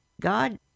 god